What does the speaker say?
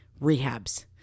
rehabs